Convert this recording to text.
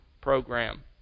program